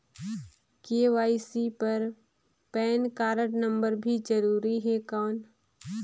KYC बर PAN card number भी जरूरी हे कौन?